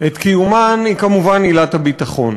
את קיומן היא כמובן עילת הביטחון.